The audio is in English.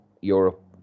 Europe